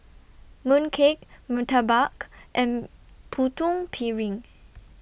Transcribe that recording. Mooncake Murtabak and Putu Piring